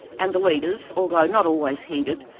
and the leaders, although not always heeded,